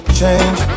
change